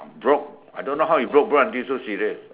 broke I don't know how he broke broke until so serious